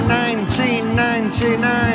1999